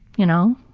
you know?